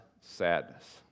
sadness